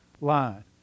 line